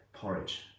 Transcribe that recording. Porridge